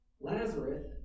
Lazarus